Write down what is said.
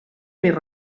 miss